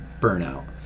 burnout